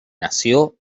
nació